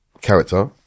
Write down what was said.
Character